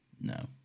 No